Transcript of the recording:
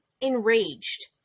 enraged